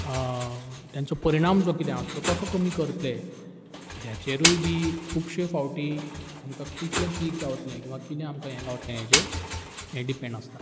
तेंचो परिणाम जो कितें आसा तो कसो कमी करतले ह्याचेरूय बी खुबशे फावटी आमकां कितलें पीक गावतलें किंवां कितें आमकां हें गावतलें हेजें हें डिपेंड आसता